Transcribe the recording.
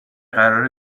قرار